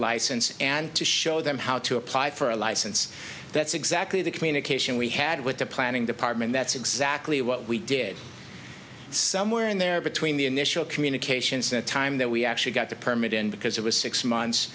license and to show them how to apply for a license that's exactly the communication we had with the planning department that's exactly what we did somewhere in there between the initial communications the time that we actually got the permit in because it was six months